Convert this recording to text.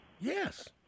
Yes